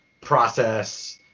process